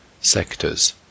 sectors